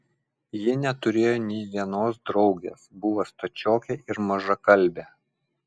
ji neturėjo nė vienos draugės buvo stačiokė ir mažakalbė